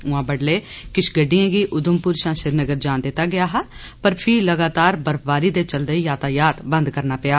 उआं बड्डलै किश गड्डियें गी उधमपुर शां श्रीनगर जान दिता गया हा पर फीह लगातार बर्फबारी दे चलदे यातायात बंद करना पेआ